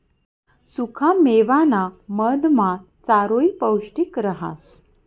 सुखा मेवाना मधमा चारोयी पौष्टिक रहास